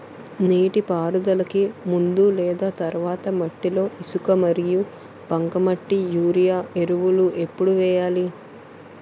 నీటిపారుదలకి ముందు లేదా తర్వాత మట్టిలో ఇసుక మరియు బంకమట్టి యూరియా ఎరువులు ఎప్పుడు వేయాలి?